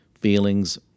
feelings